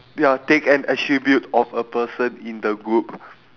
ya take an attribute of a person in the group